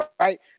right